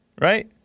Right